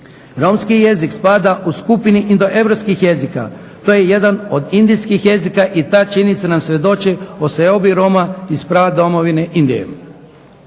Romski jezik spada u skupinu indoeuropskih jezika, to je jedan od indijskih jezika i ta činjenica nam svjedoči o seobi Roma iz pradomovine Indije.